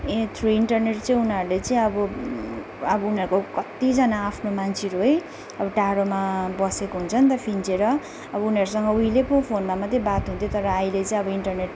ए through internet चाहिँ उनीहरूले चाहिँ अब अब उनीहरूको कतिजना आफ्नो मान्छेहरू है अब टाढोमा बसेको हुन्छ नि त फिँजिएर अब उनीहरूसँग उहिले पो फोनमा मात्रै बात हुन्थ्यो तर अहिले चाहिँ अब इन्टरनेट